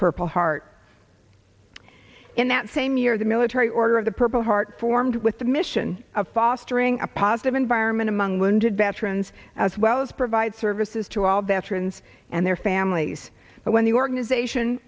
purple heart in that same year the military order of the purple heart formed with the mission of fostering a positive environment among wounded veterans as well as provide services to all veterans and their families but when the organization